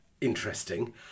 interesting